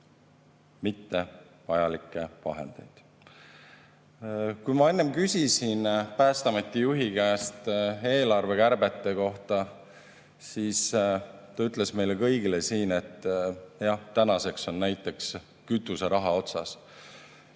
vajalikke vahendeid mitte. Kui ma enne küsisin Päästeameti juhi käest eelarvekärbete kohta, siis ta ütles meile kõigile siin, et tänaseks on näiteks kütuseraha otsas.